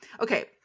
okay